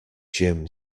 jim